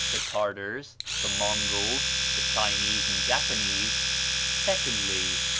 the tartars, the mongols, the chinese, and japanese secondly,